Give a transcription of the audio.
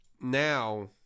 now